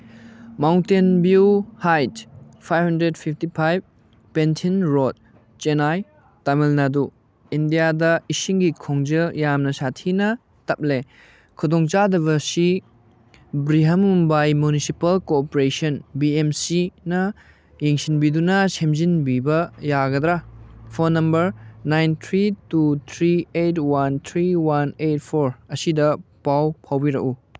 mountain View height five hundred fifty five Pension Road Chennai Tamil Nadu ꯏꯟꯗꯤꯌꯥꯗ ꯏꯁꯤꯡꯒꯤ ꯈꯣꯡꯖꯦꯜ ꯌꯥꯝꯅ ꯁꯥꯊꯤꯅ ꯇꯞꯂꯦ ꯈꯨꯗꯣꯡꯆꯥꯗꯕꯁꯤ Brihanmumbai municipal corporation B M ꯁꯤꯅ ꯌꯦꯡꯁꯤꯟꯕꯤꯗꯨꯅ ꯁꯦꯝꯖꯤꯟꯕꯤꯕ ꯌꯥꯒꯗ꯭ꯔꯥ phone number nine three two three eight one three one eight four ꯑꯁꯤꯗ ꯄꯥꯎ ꯐꯥꯎꯕꯤꯔꯛꯎ